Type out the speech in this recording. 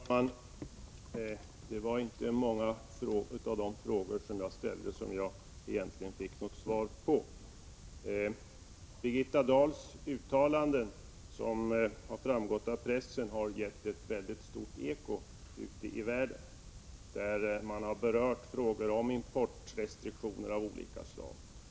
Herr talman! Det var inte många av de frågor som jag ställde som jag egentligen fick något svar på. Birgitta Dahls uttalanden, som har framgått av pressen, har gett mycket stort eko ute i världen, där man har berört frågan om importrestriktioner av olika slag.